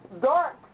Dark